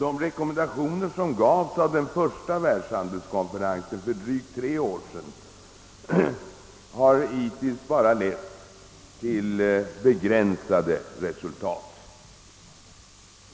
De rekommendationer som gjordes av den första världshandelskonferensen för drygt tre år sedan har hittills bara lett till begränsade resultat.